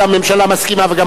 המתבקשים להופיע בפניה,